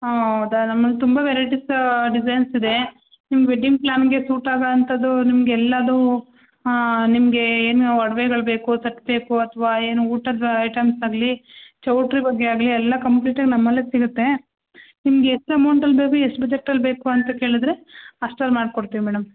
ಹೌದಾ ನಮ್ಮಲ್ಲಿ ತುಂಬ ವೆರೈಟೀಸ್ ಡಿಸೈನ್ಸ್ ಇದೆ ನಿಮ್ಮ ವೆಡ್ಡಿಂಗ್ ಪ್ಲಾನ್ಗೆ ಸೂಟ್ ಆಗೋವಂಥದ್ದು ನಿಮ್ಗೆ ಎಲ್ಲದು ನಿಮ್ಗೆ ಏನು ಒಡವೆಗಳು ಬೇಕೋ ಸೆಟ್ ಬೇಕೋ ಅಥ್ವ ಏನು ಊಟದ ಐಟಮ್ಸ್ ಆಗಲಿ ಚೌಟ್ರಿ ಬಗ್ಗೆ ಆಗಲಿ ಎಲ್ಲ ಕಂಪ್ಲೀಟಾಗಿ ನಮ್ಮಲ್ಲೇ ಸಿಗುತ್ತೆ ನಿಮ್ಗ ಎಷ್ಟು ಅಮೌಂಟಲ್ಲಿ ಬೇಕು ಎಷ್ಟು ಬಜೆಟಲ್ಲಿ ಬೇಕು ಅಂತ ಕೇಳಿದರೆ ಅಷ್ಟ್ರಲ್ಲಿ ಮಾಡ್ಕೊಡ್ತೀವಿ ಮೇಡಮ್